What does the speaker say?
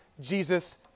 Jesus